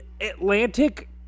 Atlantic